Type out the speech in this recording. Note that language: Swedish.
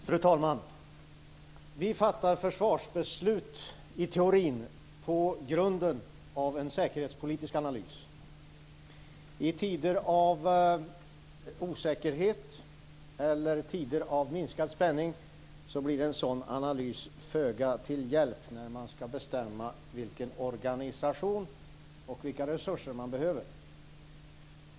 Fru talman! Vi fattar i teorin försvarsbeslut på grundval av en säkerhetspolitisk analys. I tider av osäkerhet eller i tider av minskad spänning blir en sådan analys till föga hjälp när man skall bestämma vilken organisation och vilka resurser man behöver.